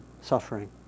suffering